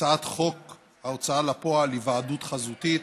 הצעת חוק ההוצאה לפועל (היוועדות חזותית),